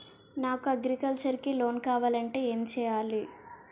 నాకు అగ్రికల్చర్ కి లోన్ కావాలంటే ఏం చేయాలి?